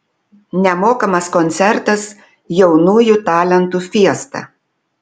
nemokamas koncertas jaunųjų talentų fiesta